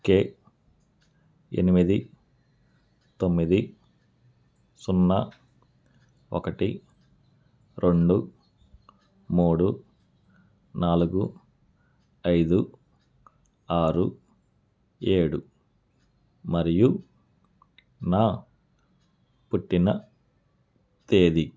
కే ఎనిమిది తొమ్మిది సున్నా ఒకటి రెండు మూడు నాలుగు ఐదు ఆరు ఏడు మరియు నా పుట్టిన తేదీ